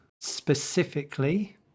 specifically